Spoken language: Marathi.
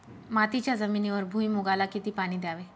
मातीच्या जमिनीवर भुईमूगाला किती पाणी द्यावे?